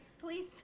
Please